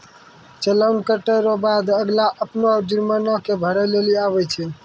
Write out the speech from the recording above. चालान कटे रो बाद अगला अपनो जुर्माना के भरै लेली आवै छै